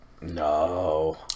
No